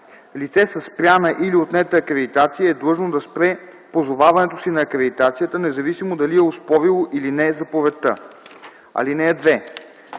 Лице със спряна или отнета акредитация е длъжно да спре позоваването си на акредитацията, независимо дали е оспорило или не заповедта. (2)